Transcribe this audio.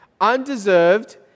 undeserved